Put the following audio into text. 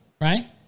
right